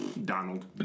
Donald